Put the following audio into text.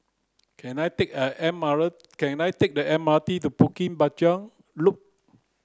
can I take the M R can I take the M R T to Bukit Panjang Loop